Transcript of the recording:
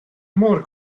more